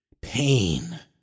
pain